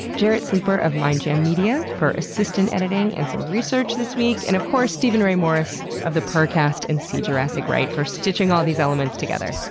jarrett sleeper of mindjam media for assistant editing and some research this week. and of course steven ray morris of the purrrcast and see jurassic right for stitching all these elements together.